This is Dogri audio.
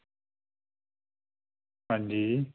अंजी